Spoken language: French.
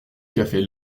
café